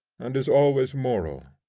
and is always moral.